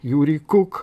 jūrij kuk